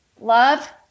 love